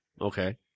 Okay